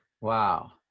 Wow